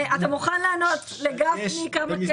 אתה מוכן לומר לגפני כמה כסף?